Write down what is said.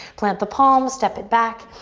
plant the palms, step it back.